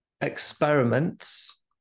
Experiments